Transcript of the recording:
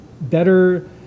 better